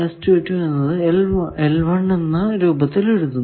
1 എന്നത് എന്ന രൂപത്തിൽ എഴുതുന്നു